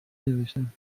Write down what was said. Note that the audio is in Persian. نوشتم